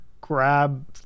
grab